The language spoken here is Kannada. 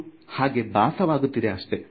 ಅದು ಹಾಗೆ ಭಾಸವಾಗುತ್ತಿದೆ ಅಷ್ಟೇ